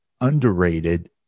underrated